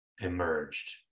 emerged